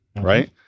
right